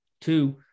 Two